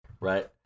right